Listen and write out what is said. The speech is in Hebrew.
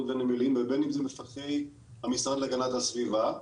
והנמלים ובין אם זה מפקחי המשרד להגנת הסביבה,